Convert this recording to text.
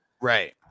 Right